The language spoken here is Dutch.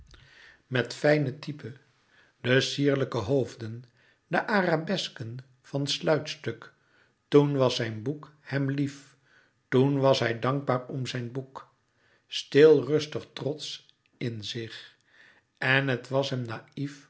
met fijne type de sierlijke hoofden de arabesken van sluitstuk toen was zijn boek hem lief toen was hij dankbaar om zijn boek stil rustig trotsch in zich en het was hem naïf